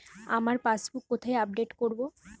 আমার পাসবুক কোথায় আপডেট করব?